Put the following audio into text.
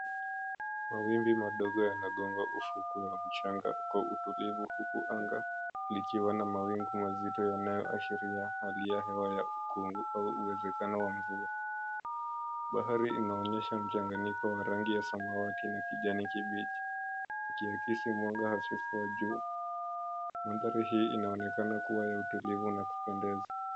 Mawimbi madogo yanagonga ufukwe wa mchanga kwa utulivu huku anga ikiwa na mawingu mazito yanayo ashiria hali ya hewa ya ukungi au uwezekano wa mvua. Bahari inaonyesha mchanganyiko ya rangi ya samawati na kijani kibichi ikiakisi mwanga hafifu wa jua. Bahari hii inaonekana kuwa ya utulivu na wa kupendeza.